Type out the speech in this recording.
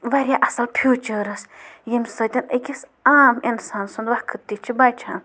واریاہ اَصٕل فیوٗچٲرٕس یِم سۭتۍ أکِس عام اِنسان سُنٛد وَقت تہِ چھُ بَچان